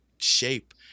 Shape